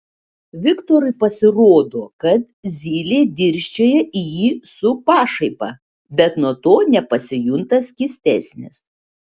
viktorui pasirodo kad zylė dirsčioja į jį su pašaipa bet nuo to nepasijunta skystesnis